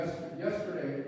Yesterday